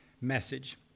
message